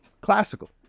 classical